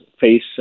face